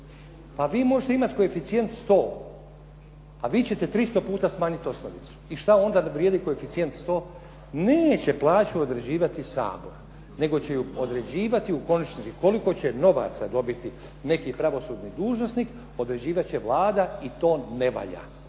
Pa vi možete imati koeficijent 100 a vi ćete 300 puta smanjiti osnovicu. I šta onda vrijedi koeficijent 100? Neće plaću određivati Sabor nego će ju određivati u konačnici koliko će novaca dobiti neki pravosudni dužnosnik određivat će Vlada i to ne valja,